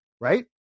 right